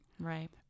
Right